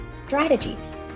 Strategies